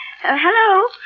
Hello